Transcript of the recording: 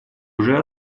уже